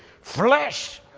flesh